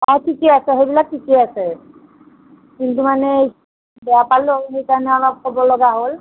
অঁ ঠিকে আছে সেইবিলাক ঠিকে আছে কিন্তু মানে বেয়া পালোঁ অলপ সেই কাৰণে অলপ ক'ব লগা হ'ল